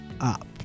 up